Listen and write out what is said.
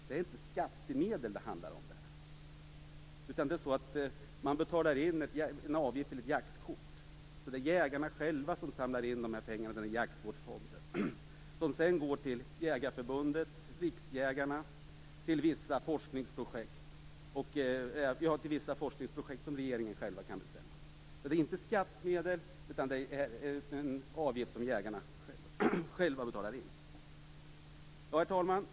Det är inte skattemedel det handlar om, utan man betalar in en avgift till ett jaktkort. Det är alltså jägarna själva som samlar in pengarna till den jaktvårdsfond som sedan går till Svenska Jägareförbundet, Jägarnas Riksförbund och till vissa forskningsprojekt som regeringen själv kan bestämma om. Det är alltså inte fråga om skattemedel, utan om en avgift som jägarna själva betalar in. Herr talman!